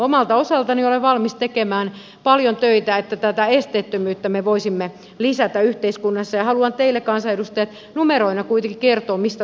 omalta osaltani olen valmis tekemään paljon töitä että tätä esteettömyyttä me voisimme lisätä yhteiskunnassa ja haluan teille kansanedustajat numeroina kuitenkin kertoa mistä todellisuudessa on kysymys